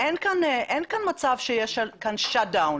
אין כאן מצב שיש כאן סגירה.